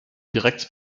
direkt